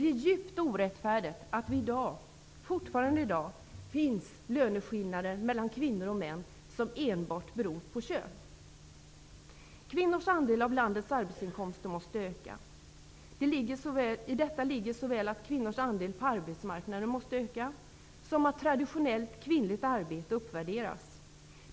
Det är djupt orättfärdigt att det fortfarande i dag finns löneskillnader mellan kvinnor och män som enbart beror på kön. Kvinnors andel av landets arbetsinkomster måste öka. I detta ligger såväl att kvinnornas andel på arbetsmarknaden måste öka som att traditionellt kvinnligt arbete uppvärderas.